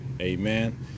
Amen